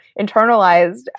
internalized